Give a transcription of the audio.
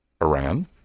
Iran